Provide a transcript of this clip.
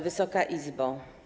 Wysoka Izbo!